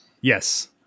yes